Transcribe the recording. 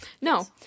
no